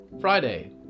Friday